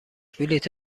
بلیط